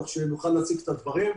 כך שנוכל להציג את הדברים.